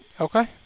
Okay